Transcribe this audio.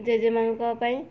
ଜେଜେମାଆଙ୍କ ପାଇଁ